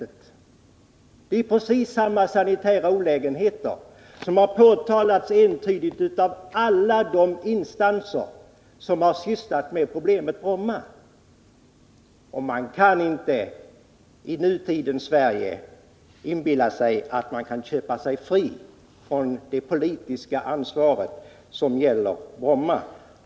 Det är fortfarande precis samma sanitära olägenheter som entydigt har påtalats av alla de instanser som har sysslat med problemet Bromma. Man skall inte i nutidens Sverige inbilla sig att man kan köpa sig fri från det politiska ansvar som gäller miljöproblem av Brommas storlek.